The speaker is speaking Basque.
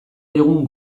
digun